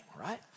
right